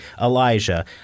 Elijah